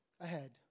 ahead